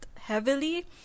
heavily